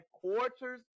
quarters